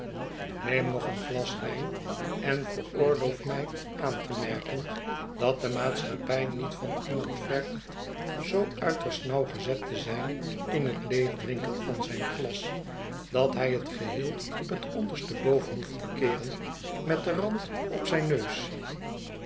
neem nog een glas wijn en veroorloof mij aan te merken dat de maatschappij niet van iemand vergt zoo uiterst nauwgezet te zijn in het leegdrinken van zijn glas dat hij het geheel t onderste boven behoeft te keeren met den rand op zijn neus